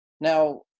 Now